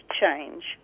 change